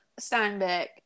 Steinbeck